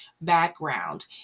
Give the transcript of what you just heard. background